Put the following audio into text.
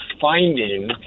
finding